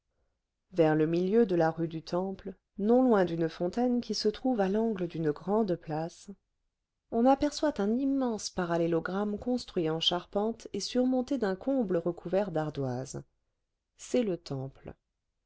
vers le milieu de la rue du temple non loin d'une fontaine qui se trouve à l'angle d'une grande place on aperçoit un immense parallélogramme construit en charpente et surmonté d'un comble recouvert d'ardoises c'est le temple